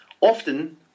Often